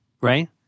Right